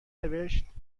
نوشتشبکه